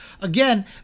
again